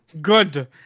good